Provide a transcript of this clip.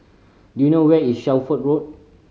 do you know where is Shelford Road